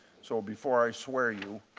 so before i swear you,